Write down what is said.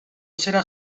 serà